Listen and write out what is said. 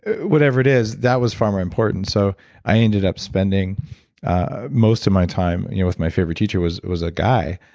whatever it is, that was far more important. so i ended up spending most of my time you know with my favorite teacher, it was a guy.